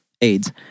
AIDS